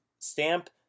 stamp